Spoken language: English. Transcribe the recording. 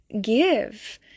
give